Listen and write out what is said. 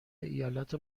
ایالات